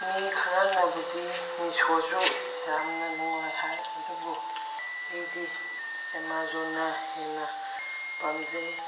ꯃꯤ ꯈꯔꯅꯕꯨꯗꯤ ꯃꯤꯁꯣꯁꯨ ꯌꯥꯝꯅ ꯅꯨꯡꯉꯥꯏ ꯍꯥꯏ ꯑꯗꯨꯕꯨ ꯑꯩꯗꯤ ꯑꯥꯃꯥꯖꯣꯟꯅ ꯍꯦꯟꯅ ꯄꯥꯝꯖꯩ